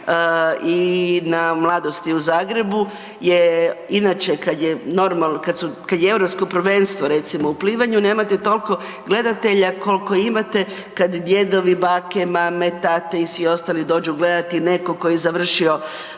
i na Mladosti u Zagrebu je inače kad je normalno, kad je Europsko prvenstvo recimo u plivanju, ne ma toliko gledatelja koliko imate kad djedovi, bake, mame, tate i svi ostali dođu gledati nekog ko je završi